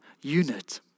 unit